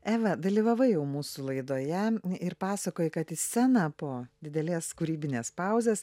eva dalyvavai jau mūsų laidoje ir pasakojai kad į scena po didelės kūrybinės pauzės